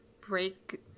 break